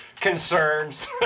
concerns